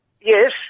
Yes